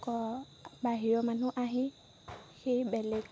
বাহিৰৰ মানুহ আহি সেই বেলেগ